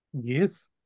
Yes